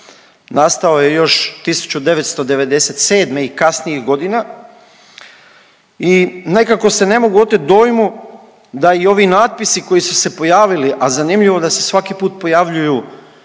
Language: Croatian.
Nastao je još 1997. i kasnijih godina. I nekako se ne mogu oteti dojmu da i ovi natpisi koji su se pojavili, a zanimljivo da se svaki put pojavljuju